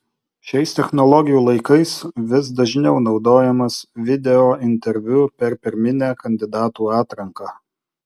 šiais technologijų laikais vis dažniau naudojamas videointerviu per pirminę kandidatų atranką